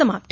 समाप्त